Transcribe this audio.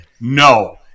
no